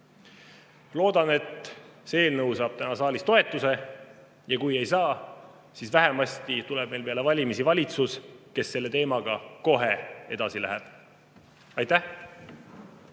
Loodan, et see eelnõu saab täna saalis toetuse, ja kui ei saa, et siis vähemasti tuleb meile peale valimisi valitsus, kes selle teemaga kohe edasi läheb. Aitäh!